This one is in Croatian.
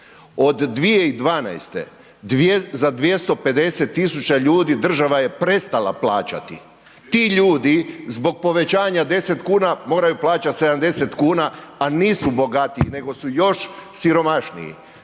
od 2012. za 250.000 tisuća ljudi država je prestala plaćati, ti ljudi zbog povećanja 10 kuna moraju plaćati 70 kuna, a nisu bogatiji nego su još siromašniji.